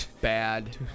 bad